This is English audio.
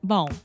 Bom